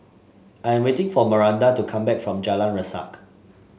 I am waiting for Maranda to come back from Jalan Resak